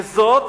וזאת